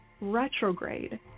retrograde